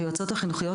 היועצות החינוכיות,